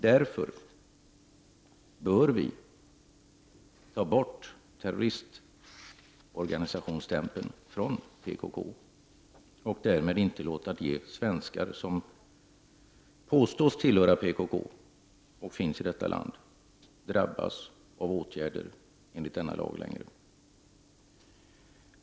Därför bör vi ta bort terroristorganisationsstämpeln från PKK och därmed inte längre låta de svenskar som påstås tillhöra PKK, och som finns här i landet, drabbas av åtgärder enligt denna lag.